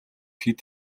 хэд